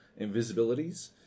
invisibilities